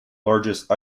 largest